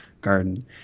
garden